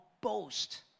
boast